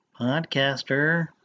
podcaster